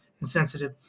insensitive